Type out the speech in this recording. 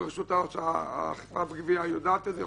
רשות האכיפה והגבייה יודעת את זה,